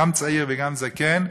גם צעיר וגם זקן,